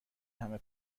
همه